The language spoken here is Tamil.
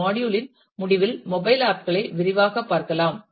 இந்த மாடியுல் இன் முடிவில் மொபைல் ஆப் களை விரைவாகப் பார்க்கலாம்